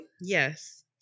yes